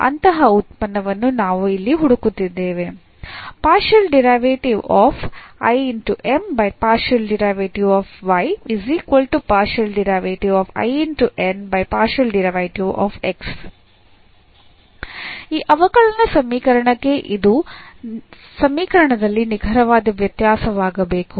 ಅಂತಹ ಉತ್ಪನ್ನವನ್ನು ನಾವು ಇಲ್ಲಿ ಹುಡುಕುತ್ತಿದ್ದೇವೆ ಈ ಅವಕಲನ ಸಮೀಕರಣಕ್ಕೆ ಇದು ಸಮೀಕರಣದಲ್ಲಿ ನಿಖರವಾದ ವ್ಯತ್ಯಾಸವಾಗಬೇಕು